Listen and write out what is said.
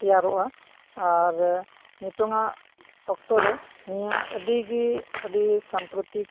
ᱛᱮᱭᱟᱨᱚᱜᱼᱟ ᱟᱨ ᱱᱤᱛᱚᱜ ᱟᱜ ᱚᱠᱛᱚᱨᱮ ᱱᱤᱭᱟᱹ ᱟᱹᱰᱤᱜᱮ ᱟᱹᱰᱤ ᱥᱟᱢᱯᱨᱚᱛᱤᱠ